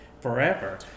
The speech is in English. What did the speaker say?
forever